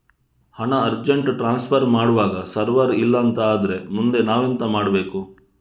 ಹಣ urgent transfer ಮಾಡ್ವಾಗ server ಇಲ್ಲಾಂತ ಆದ್ರೆ ಮುಂದೆ ನಾವೆಂತ ಮಾಡ್ಬೇಕು?